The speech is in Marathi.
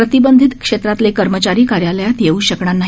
प्रतिबंधित क्षेत्रातले कर्मचारी कार्यालयात येऊ शकणार नाही